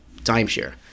Timeshare